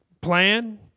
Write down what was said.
plan